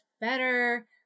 better